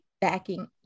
backing